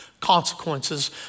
consequences